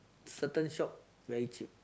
certain shop very cheap